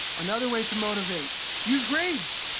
another way to motivate, use grades.